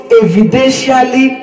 evidentially